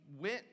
went